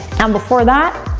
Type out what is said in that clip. and before that,